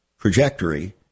trajectory